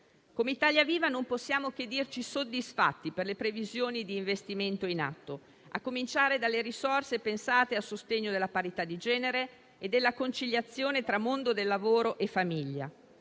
Come Italia Viva non possiamo che dirci soddisfatti per le previsioni di investimento in atto, a cominciare dalle risorse pensate a sostegno della parità di genere e della conciliazione tra mondo del lavoro e famiglia,